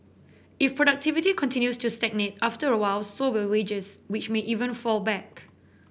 if productivity continues to stagnate after a while so will wages which may even fall back